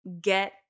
get